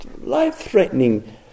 life-threatening